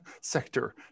sector